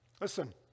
Listen